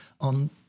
on